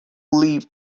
leave